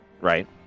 Right